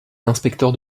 l’inspecteur